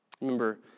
Remember